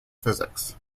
physics